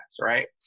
right